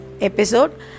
episode